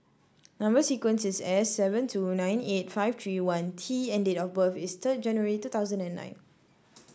number sequence is S seven two nine eight five three one T and date of birth is third January two thousand and nine